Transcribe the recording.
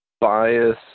bias